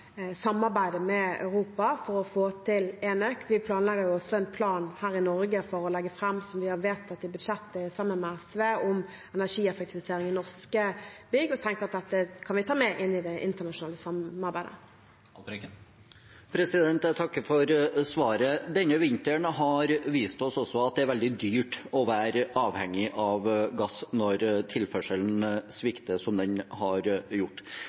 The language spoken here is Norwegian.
med Europa for å få til enøk. Vi tenker også å legge fram en plan her i Norge – slik vi har vedtatt i budsjettet sammen med SV – for energieffektivisering i norske bygg, og tenker at dette kan vi ta med inn i det internasjonale samarbeidet. Lars Haltbrekken – til oppfølgingsspørsmål. Jeg takker for svaret. Denne vinteren har også vist oss at det er veldig dyrt å være avhengig av gass når tilførselen svikter, som den nå har gjort.